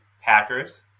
Packers